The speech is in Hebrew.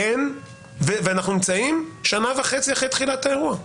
אנחנו נמצאים שנה וחצי אחרי תחילת האירוע,